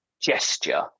gesture